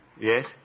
Yes